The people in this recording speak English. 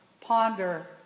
ponder